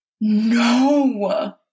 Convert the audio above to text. No